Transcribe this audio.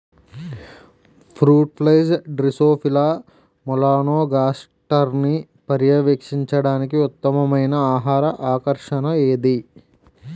Fruit flies drosophila మెలనోగాస్టర్ని పర్యవేక్షించడానికి ఉత్తమమైన ఆహార ఆకర్షణ ఏది?